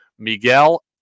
Miguel